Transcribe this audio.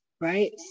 right